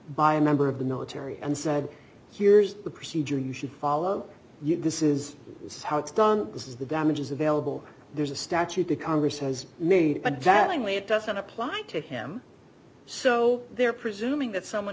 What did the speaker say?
by a member of the military and said here's the procedure you should follow this is this is how it's done this is the damages available there's a statute the congress has made and validly it doesn't apply to him so they are presuming that someone